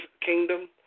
kingdom